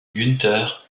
günther